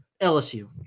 LSU